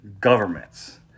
governments